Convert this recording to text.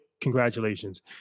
congratulations